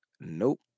nope